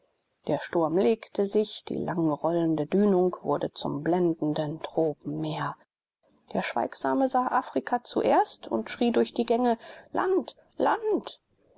der sturm legte sich die lang rollende dünung wurde zum blendenden tropenmeer der schweigsame sah afrika zuerst und schrie durch die gänge land land